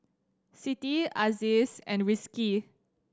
Siti Aziz and Rizqi